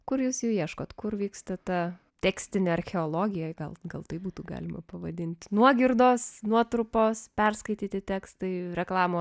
kur jūs jų ieškot kur vyksta ta tekstinė archeologija gal gal tai būtų galima pavadinti nuogirdos nuotrupos perskaityti tekstai reklamų